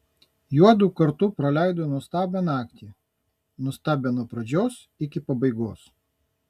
juodu kartu praleido nuostabią naktį nuostabią nuo pradžios iki pabaigos